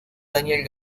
daniel